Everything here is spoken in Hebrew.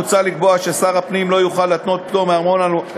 מוצע לקבוע ששר הפנים לא יוכל להתנות פטור מארנונה